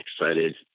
excited